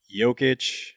Jokic